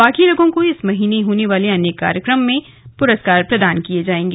बाकी लोगों को इस महीने होने वाले कार्यक्रम में प्रस्काोर प्रदान किए जाएंगे